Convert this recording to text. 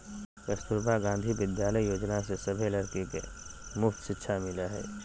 कस्तूरबा गांधी विद्यालय योजना से सभे लड़की के मुफ्त शिक्षा मिला हई